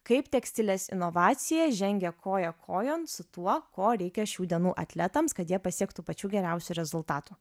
kaip tekstilės inovacija žengia koja kojon su tuo ko reikia šių dienų atletams kad jie pasiektų pačių geriausių rezultatų